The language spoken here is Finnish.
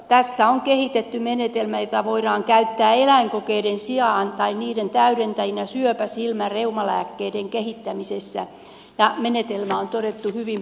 tässä on kehitetty menetelmä jota voidaan käyttää eläinkokeiden sijaan tai niiden täydentäjänä syöpä silmä reumalääkkeiden kehittämisessä ja menetelmä on todettu hyvin päteväksi